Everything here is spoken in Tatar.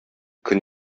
көн